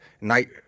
Night